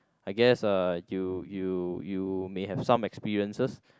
I guess uh you you you may have some experiences